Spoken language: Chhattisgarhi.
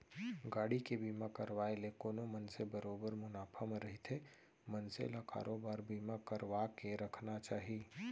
गाड़ी के बीमा करवाय ले कोनो मनसे बरोबर मुनाफा म रहिथे मनसे ल बरोबर बीमा करवाके रखना चाही